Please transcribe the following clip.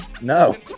No